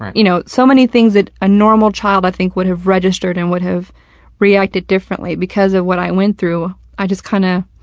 you know, so many things that a normal child, i think, would have registered and would have reacted differently, because of what i went through, i just kind of,